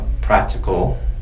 practical